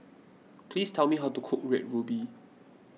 please tell me how to cook Red Ruby